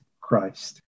Christ